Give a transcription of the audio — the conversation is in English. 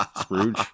Scrooge